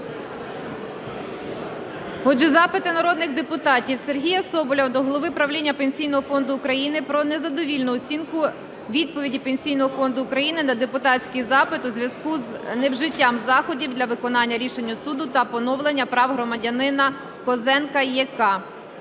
Отже, запити народних депутатів. Сергія Соболєва до голови правління Пенсійного фонду України про незадовільну оцінку відповіді Пенсійного фонду України на депутатський запит у зв'язку з невжиттям заходів для виконання рішення суду та поновлення прав громадянина Козенка Є.К.